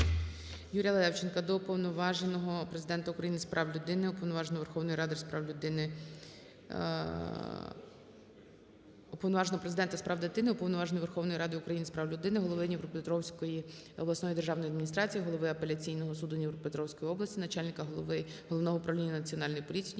прав дитини, Уповноваженого Верховної Ради України з прав людини, голови Дніпропетровської обласної державної адміністрації, голови Апеляційного суду Дніпропетровської області, начальника Головного управління Національної поліції